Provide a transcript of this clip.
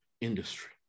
industry